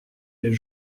les